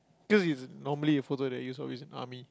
dude it's normally a photo they use always army